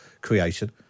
creation